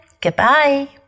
goodbye